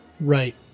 Right